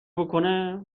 بکنه